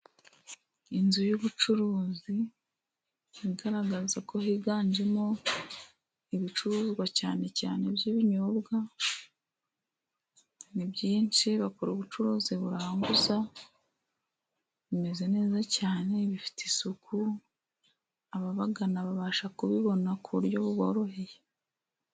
Inzu y'ubucuruzi igaragaza ko higanjemo ibicuruzwa cyane cyane by'ibinyobwa. Ni byinshi, bakora ubucuruzi buranguza, bimeze neza cyane bifite isuku, ababagana babasha kubibona ku buryo buboroheye.